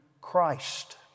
Christ